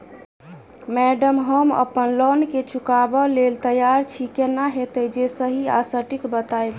Madam हम अप्पन loan केँ चुकाबऽ लैल तैयार छी केना हएत जे सही आ सटिक बताइब?